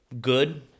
good